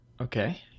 okay